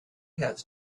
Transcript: has